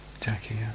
jackie